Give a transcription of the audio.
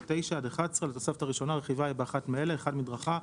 ו- 9 עד 11 לתוספת הראשונה הרכיבה היא באחת מאלה: מדרכה,